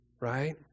right